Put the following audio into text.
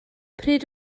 pryd